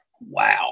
Wow